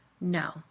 No